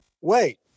Wait